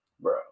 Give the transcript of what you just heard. bro